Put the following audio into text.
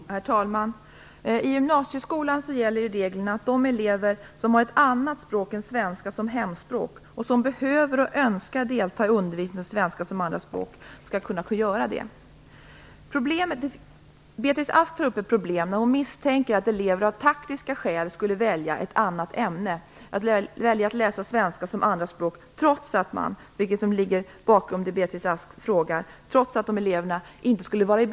Herr talman! I gymnasieskolan gäller regeln att de elever som har ett annat språk än svenska som hemspråk och som behöver och önskar delta i undervisning i svenska som andraspråk skall kunna få göra det. Beatrice Ask tar upp ett problem där hon misstänker att elever av taktiska skäl skulle välja ett annat ämne, att välja att läsa svenska som andraspråk, trots att dessa elever inte skulle vara i behov av undervisning i svenska som andraspråk.